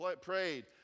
prayed